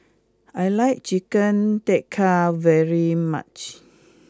I like Chicken Tikka very much